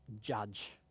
judge